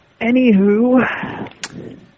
Anywho